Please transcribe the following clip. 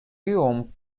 yom